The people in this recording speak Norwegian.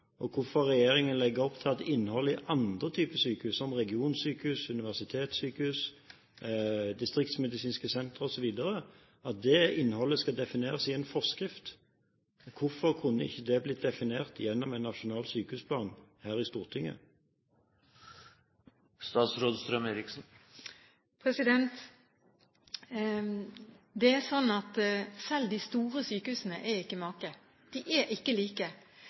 og hvorfor regjeringen legger opp til at innhold i andre typer sykehus, som regionsykehus, universitetssykehus, distriktsmedisinske senter, osv., skal defineres i en forskrift. Hvorfor kunne ikke det blitt definert gjennom en nasjonal sykehusplan her i Stortinget? Det er slik at selv de store sykehusene ikke er like.